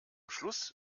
schluss